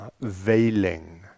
veiling